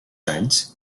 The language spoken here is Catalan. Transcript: anys